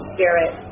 Spirit